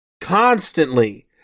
constantly